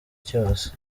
cyose